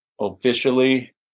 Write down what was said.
officially